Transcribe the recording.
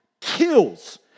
kills